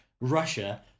Russia